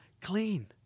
clean